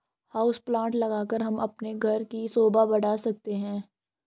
house plant लगाकर हम अपने घर की शोभा बढ़ा सकते हैं